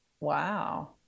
wow